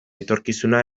etorkizuna